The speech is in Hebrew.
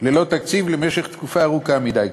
ללא תקציב למשך תקופה ארוכה מדי.